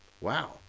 Wow